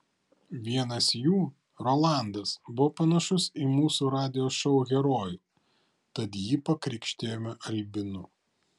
vienas jų rolandas buvo panašus į mūsų radijo šou herojų tad jį pakrikštijome albinu